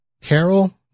Carol